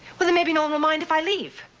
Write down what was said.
well, then maybe no one will mind if i leave.